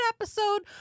episode